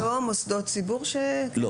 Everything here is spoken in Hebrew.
יש כיום מוסדות ציבור ---?